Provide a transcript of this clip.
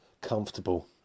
comfortable